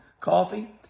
coffee